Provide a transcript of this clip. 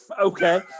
Okay